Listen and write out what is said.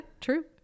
true